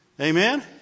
Amen